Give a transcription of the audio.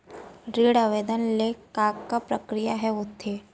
ऋण आवेदन ले के का का प्रक्रिया ह होथे?